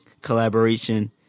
collaboration